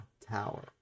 tower